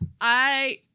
I-